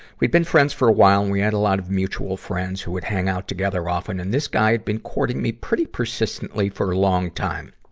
we've been friends for a while and, we had a lot of mutual friends who would hang out together often. and this guy had been courting me pretty persistently for a long time.